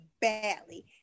badly